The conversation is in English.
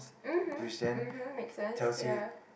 mmhmm mmhmm make sense ya